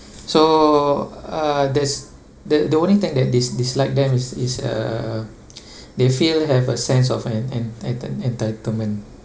so uh there's the the only thing that dis~ dislike them is is uh they feel have a sense of en~ en~ title~ entitlement